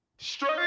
Straight-